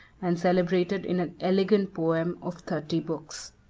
and celebrated in an elegant poem of thirty books.